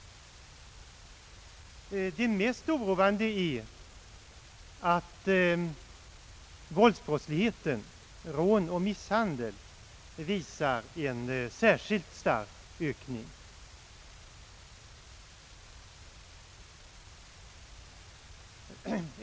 Det mest oroande är att våldsbrottsligheten — rån och misshandel — visar en särskilt stark ökning.